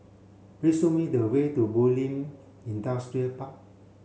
please show me the way to Bulim Industrial Park